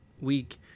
week